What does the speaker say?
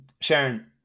Sharon